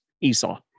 Esau